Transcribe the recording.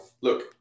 look